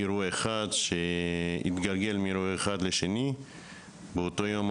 זה אירוע אחד שהתגלגל לאירוע נוסף שהתרחש באותו יום.